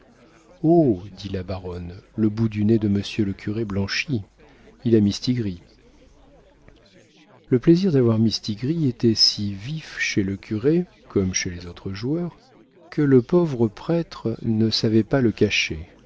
dit la baronne le bout du nez de monsieur le curé blanchit il a mistigris le plaisir d'avoir mistigris était si vif chez le curé comme chez les autres joueurs que le pauvre prêtre ne savait pas le cacher